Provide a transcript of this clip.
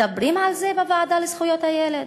מדברים על זה בוועדה לזכויות הילד?